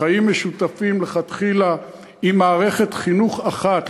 לחיים משותפים לכתחילה עם מערכת חינוך אחת,